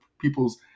people's